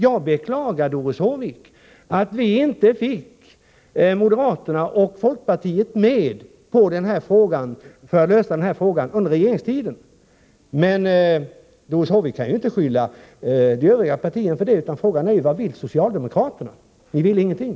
Jag beklagar, Doris Håvik, att vi inte fick moderaterna och folkpartiet med på att lösa den här frågan under regeringstiden. Men Doris Håvik kan inte ge övriga partier skulden, utan frågan är: Vad vill socialdemokraterna? Ni vill ingenting!